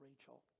rachel